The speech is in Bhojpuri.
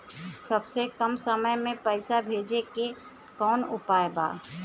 सबसे कम समय मे पैसा भेजे के कौन उपाय बा?